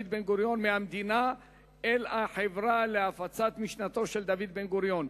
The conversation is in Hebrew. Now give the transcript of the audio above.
בן-גוריון מהמדינה אל החברה להפצת משנתו של דוד בן-גוריון,